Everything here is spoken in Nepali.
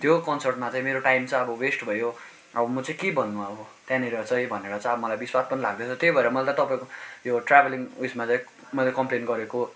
त्यो कन्सर्टमा चाहिँ मेरो टाइम चाहिँ अब वेस्ट भयो अब म चाहिँ के भन्नु अब त्यहाँनिर चाहिँ भनेर चाहिँ अब मलाई बिस्वाद पनि लाग्दैछ त्यही भएर मैले त तपाईँ यो ट्राभलिङ उयसमा चाहिँ मैले कम्प्लेन गरेको